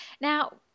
now